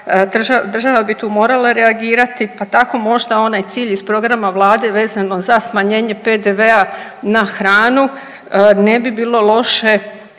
država bi tu morala reagirati, pa tako možda onaj cilj iz programa vlade vezano za smanjenje PDV-a na hranu ne bi bilo loše